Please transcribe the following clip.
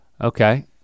Okay